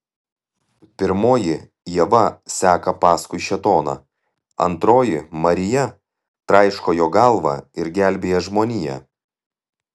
pirmoji ieva seka paskui šėtoną antroji marija traiško jo galvą ir gelbėja žmoniją